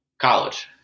college